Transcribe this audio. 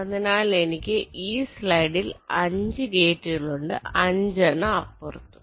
അതിനാൽ എനിക്ക് ഈ സൈഡിൽ 5 ഗേറ്റുകൾ ഉണ്ട് 5 എണ്ണം അപ്പുറത്തും